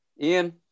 Ian